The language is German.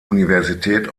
universität